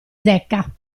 zecca